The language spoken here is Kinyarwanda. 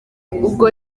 ubwo